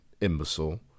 imbecile